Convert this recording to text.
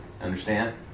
Understand